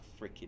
freaking